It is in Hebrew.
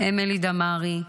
אמילי דמארי,